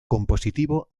compositivo